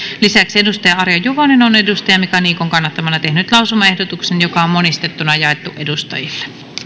lisäksi arja juvonen on mika niikon kannattamana tehnyt lausumaehdotuksen joka on monistettuna jaettu edustajille